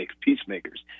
peacemakers